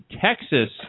Texas